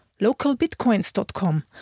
LocalBitcoins.com